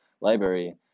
library